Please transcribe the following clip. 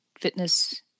fitness